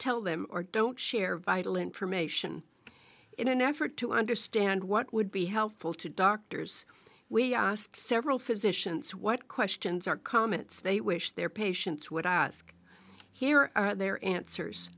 tell them or don't share vital information in an effort to understand what would be helpful to doctors we asked several physicians what questions or comments they wish their patients would ask here are their answers